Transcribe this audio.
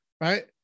right